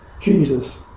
Jesus